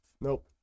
Nope